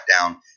down